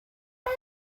khi